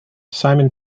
simon